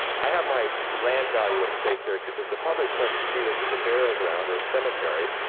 i have my land value at stake here cause of the public starts to see this as a burial ground or a cemetery.